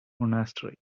monastery